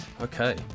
okay